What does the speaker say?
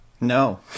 no